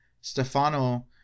Stefano